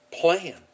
plan